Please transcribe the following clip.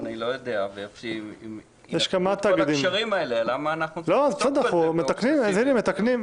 למה אנחנו צריכים --- אז הנה מתקנים.